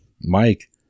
Mike